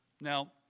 Now